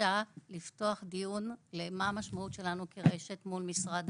הבקשה לפתוח דיון על המשמעות שלנו כרשת מול משרד